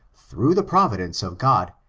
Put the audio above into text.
through the providence of god,